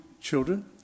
children